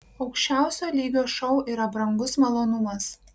aukščiausio lygio šou yra brangus malonumas